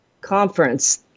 conference